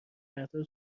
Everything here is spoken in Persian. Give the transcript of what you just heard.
فردا